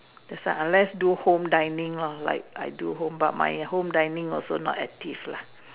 that unless do home dining long like I do home by my home dining also not active lah